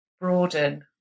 broaden